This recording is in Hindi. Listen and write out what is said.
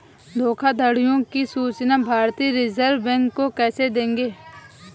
धोखाधड़ियों की सूचना भारतीय रिजर्व बैंक को कैसे देंगे?